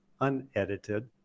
unedited